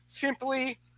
simply